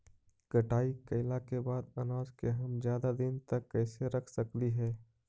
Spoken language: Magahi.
कटाई कैला के बाद अनाज के हम ज्यादा दिन तक कैसे रख सकली हे?